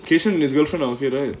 keyshen and his girlfriend are okay right